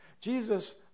Jesus